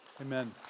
Amen